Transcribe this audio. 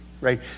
Right